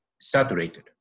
saturated